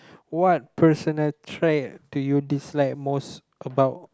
what personal traits do you dislike most about